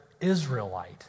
Israelite